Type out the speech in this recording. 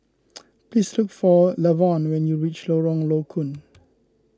please look for Lavon when you reach Lorong Low Koon